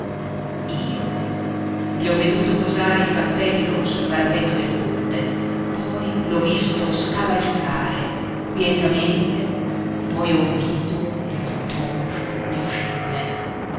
gli ho veduto posare il cappello sul parapetto del ponte poi l'ho visto scavalcare quietamente poi ho udito il tonfo nel fiume